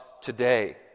today